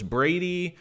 Brady